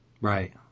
Right